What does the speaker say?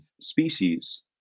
species